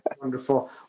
Wonderful